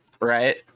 right